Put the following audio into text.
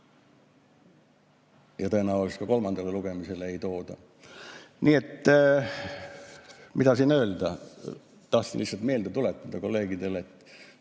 tõenäoliselt ka kolmandale lugemisele ei tooda. Nii et mida siin öelda? Tahtsin lihtsalt meelde tuletada kolleegidele, et